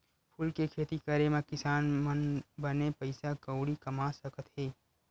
फूल के खेती करे मा किसान मन बने पइसा कउड़ी कमा सकत हे